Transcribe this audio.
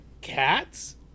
cats